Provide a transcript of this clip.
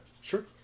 Sure